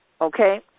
okay